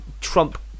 Trump